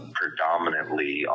predominantly